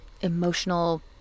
emotional